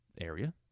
area